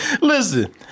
Listen